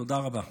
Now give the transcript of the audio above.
תודה רבה.